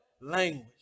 Language